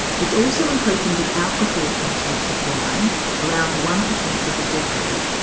it's also increasing the alcohol content of wine around one percent every decade.